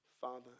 father